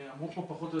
אמרו פה פחות או יותר.